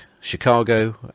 Chicago